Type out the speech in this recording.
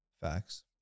Facts